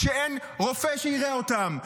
כשאין רופא שיראה אותם?